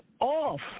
off